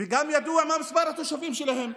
וגם ידוע מה מספר התושבים שלהן,